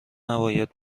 نباید